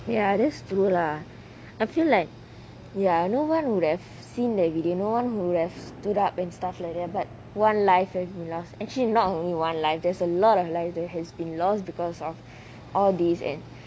ya that's true lah I feel like ya no one would have seen that we didn't no one would have stood up and stuff later but one life has been lost actually not only one life there's a lot of lives that have been lost because of all these and